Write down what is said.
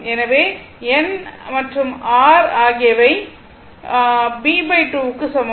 எனவே n r மற்றும் r ஆகியவை b2 க்கு சமம்